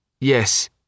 Yes